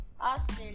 Austin